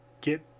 get